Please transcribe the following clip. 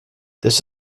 this